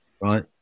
right